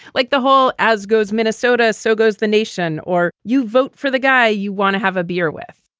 like the whole as goes minnesota, so goes the nation, or you vote for the guy you want to have a beer with.